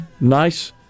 nice